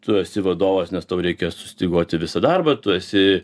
tu esi vadovas nes tau reikia sustyguoti visą darbą tu esi